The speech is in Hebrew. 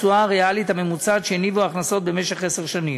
התשואה הריאלית הממוצעת שהניבו ההכנסות במשך עשר שנים.